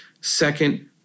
second